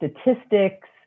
statistics